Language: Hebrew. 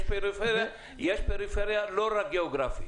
יש פריפריה לא רק גיאוגרפית.